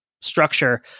structure